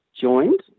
joined